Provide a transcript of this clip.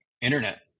internet